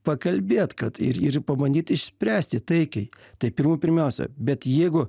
pakalbėt kad ir ir pabandyt išspręsti taikiai tai pirmų pirmiausia bet jeigu